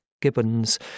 gibbons